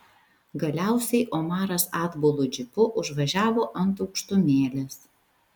galiausiai omaras atbulu džipu užvažiavo ant aukštumėlės